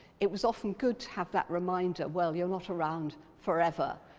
it was often good to have that reminder, well you're not around forever,